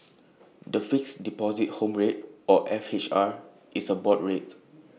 the Fixed Deposit Home Rate or F H R is A board rate